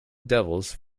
devils